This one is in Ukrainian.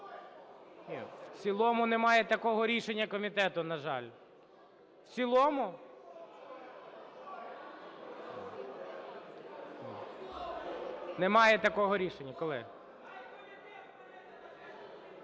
Ні, в цілому - немає такого рішення комітету, на жаль. В цілому? (Шум у залі) Немає такого рішення, колеги.